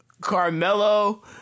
Carmelo